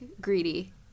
greedy